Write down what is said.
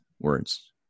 words